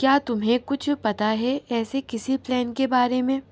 کیا تمہیں کچھ پتہ ہے ایسے کسی پلین کے بارے میں